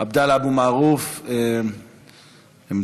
עבדאללה אבו מערוף, עמדה.